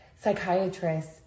psychiatrist